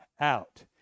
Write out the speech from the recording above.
out